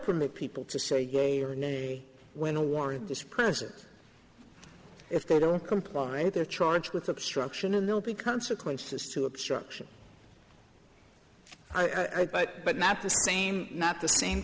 permit people to say yea or nay when a warrant this person if they don't comply now they're charged with obstruction and they'll be consequences to obstruction i but but not the same not the same